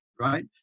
right